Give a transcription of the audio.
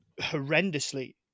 horrendously